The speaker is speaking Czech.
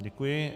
Děkuji.